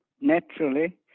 naturally